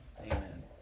amen